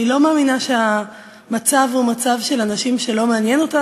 אני לא מאמינה שהמצב הוא מצב של אנשים שלא מעניינים אותם